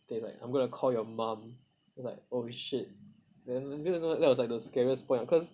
he said like I'm going to call your mom I was like oh shit then that was like the scariest part cause